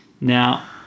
Now